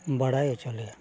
ᱵᱟᱲᱟᱭ ᱦᱚᱪᱚ ᱞᱮᱭᱟ